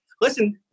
listen